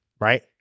right